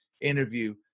interview